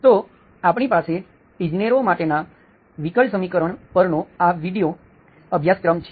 તો આપણી પાસે ઇજનેરો માટેના વિકલ સમીકરણ પરનો આ વિડિઓ અભ્યાસક્રમ છે